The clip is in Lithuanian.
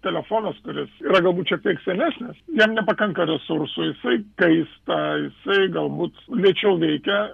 telefonas kuris yra galbūt šiek tiek senesnis jam nepakanka resursų jisai kaista jisai galbūt lėčiau veikia